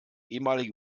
ehemalige